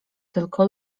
tylko